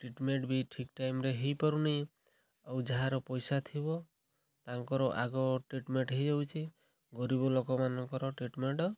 treatment ବି ଠିକ୍ ଟାଇମ୍ରେ ହୋଇପାରୁନି ଆଉ ଯାହାର ପଇସା ଥିବ ତାଙ୍କର ଆଗ ଟ୍ରିଟ୍ମେଣ୍ଟ୍ ହେଇଯାଉଛି ଗରିବ ଲୋକମାନଙ୍କର ଟ୍ରିଟ୍ମେଣ୍ଟ୍